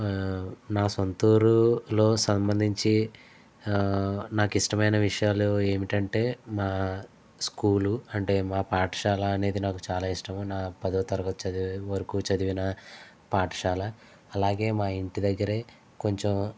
నా సొంతూరు లో సంబంధించి నాకిష్టమైన విషయాలు ఏమిటంటే నా స్కూల్ అంటే మా పాఠశాల అనేది నాకు చాలా ఇష్టము నా పదో తరగతి చదివే వరకు చదివిన పాఠశాల అలాగే మా ఇంటి దగ్గరే కొంచం